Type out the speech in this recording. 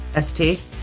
ST